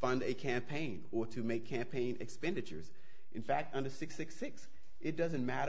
fund a campaign or to make campaign expenditures in fact under six six six it doesn't matter